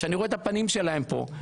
שאני רואה את הפנים שלהם פה,